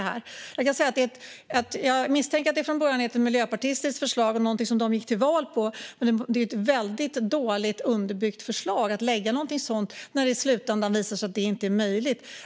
Jag misstänker att det från början är ett miljöpartistiskt förslag och något som man gick till val på. Det är ett väldigt dåligt underbyggt förslag som lagts fram när det i slutändan visar sig inte vara möjligt.